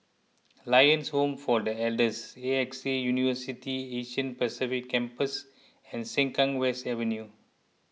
Lions Home for the Elders A X A University Asia Pacific Campus and Sengkang West Avenue